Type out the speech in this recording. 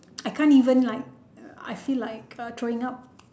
I can't even like I feel like uh throwing up